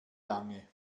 lange